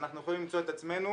אנחנו יכולים למצוא את עצמנו